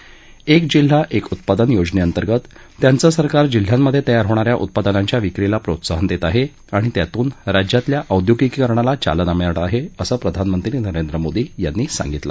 एक जिल्हा एक उत्पादन योजनेअंतर्गत त्यांचं सरकार जिल्ह्यामधे तयार होणा या उत्पादनांच्या विक्रीला प्रोत्साहन देत आहे आणि त्यातून राज्यातल्या औद्योगिकीकरणाला चालना मिळत आहे असं प्रधानमंत्री नरेंद्र मोदी यांनी सांगितलं